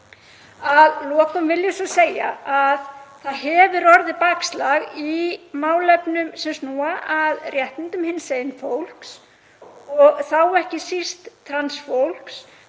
Að lokum vil ég segja: Það hefur orðið bakslag í málefnum sem snúa að réttindum hinsegin fólks og þá ekki síst trans fólks